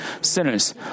sinners